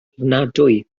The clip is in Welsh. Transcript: ofnadwy